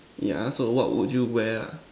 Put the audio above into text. ya so what would you wear lah